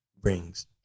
brings